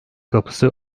kapısı